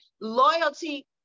Loyalty